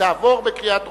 ההצעה תעבור בקריאה טרומית,